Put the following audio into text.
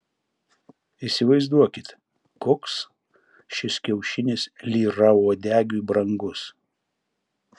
įsivaizduokit koks šis kiaušinis lyrauodegiui brangus